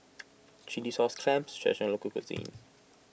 Chilli Sauce Clams is a Traditional Local Cuisine